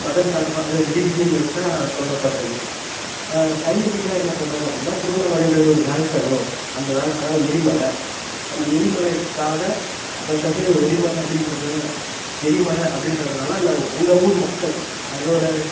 மத சார்பாக அது ரிலீஜியன் வைஸாக சொல்லப்படுறது சயின்டிஃபிக்கலாக என்ன சொல்கிறாங்க அப்படின்னா திருவண்ணாமலைன்றது ஒரு வேல்கனோ அந்த வேல் அதாவது எரிமலை அந்த எரிமலைக்காக வருஷ வருஷம் இது ஒரு எலிமலை அப்படின்றதால எரிமலை அப்படின்றதுனால அந்த அந்த ஊர் மக்கள் அதோடய